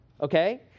okay